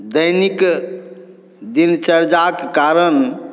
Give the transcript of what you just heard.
दैनिक दिनचर्याके कारण